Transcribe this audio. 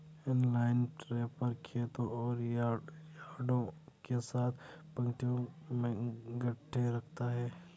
inline wrapper खेतों और यार्डों के साथ पंक्तियों में गांठें रखता है